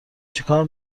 چیکار